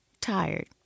tired